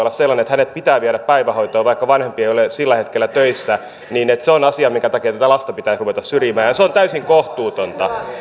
on sellainen että hänet pitää viedä päivähoitoon vaikka vanhempi ei ole sillä hetkellä töissä niin se olisi asia minkä takia lasta pitäisi ruveta syrjimään se on täysin kohtuutonta